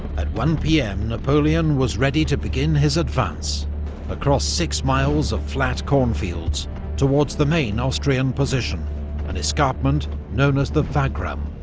at one pm, napoleon was ready to begin his advance across six miles of flat cornfields towards the main austrian position an escarpment known as the wagram,